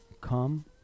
come